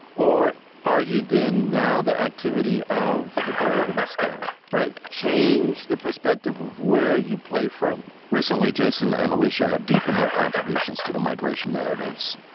or are you then now the activity of the bird in the sky. right. change the perspective of where you play from recently, jason and alicia have deepened their contributions to the migration narratives,